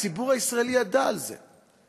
הציבור הישראלי ידע על זה?